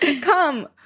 Come